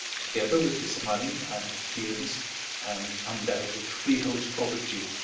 together with his money and appearance and undoubted freehold property,